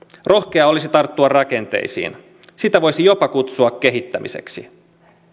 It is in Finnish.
rohkeaa olisi tarttua rakenteisiin sitä voisi jopa kutsua kehittämiseksi